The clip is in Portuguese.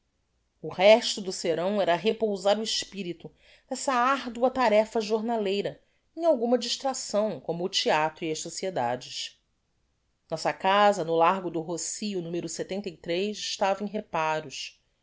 o resto do serão era repousar o espirito dessa ardua tarefa jornaleira em alguma distração como o theatro e as sociedades nossa casa no largo do rocio n estava em reparos